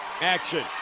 action